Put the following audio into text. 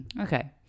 okay